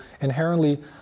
inherently